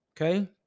Okay